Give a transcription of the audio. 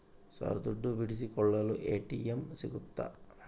Sir ದುಡ್ಡು ಬಿಡಿಸಿಕೊಳ್ಳಲು ATM ಸಿಗುತ್ತಾ?